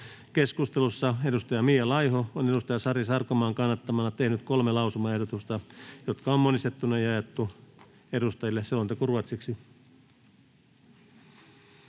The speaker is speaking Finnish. Keskustelussa on Mia Laiho Sari Sarkomaan kannattamana tehnyt kolme lausumaehdotusta, jotka on monistettuna jaettu edustajille. (Pöytäkirjan